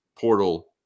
portal